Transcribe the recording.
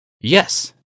Yes